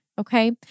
Okay